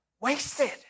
Wasted